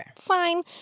Fine